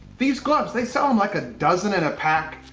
these gloves, they sell them like a dozen in a pack.